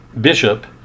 Bishop